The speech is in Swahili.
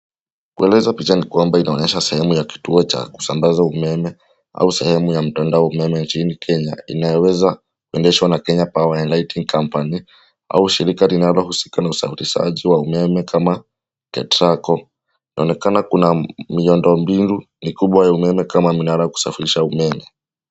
Kueleza picha ni kwamba inaonyesha sehemu ya kituo cha kusambaza umeme au sehemu ya mtandao wa umeme nchini Kenya inayoweza kuendeshwa na, Kenya power and lighting company, au shirika linalohusika na usafirishaji wa umeme kama ketraco. Inaonekana kuna miundombinu mikubwa ya umeme kama mnara wa kusafirisha umeme.